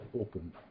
open